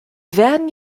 werden